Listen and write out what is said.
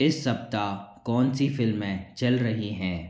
इस सप्ताह कौन सी फ़िल्में चल रहीं हैं